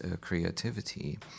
creativity